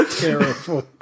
terrible